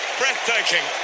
breathtaking